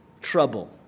trouble